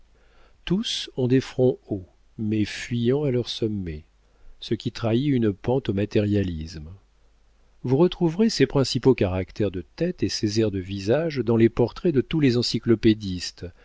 tous ont des fronts hauts mais fuyant à leur sommet ce qui trahit une pente au matérialisme vous retrouverez ces principaux caractères de tête et ces airs de visage dans les portraits de tous les encyclopédistes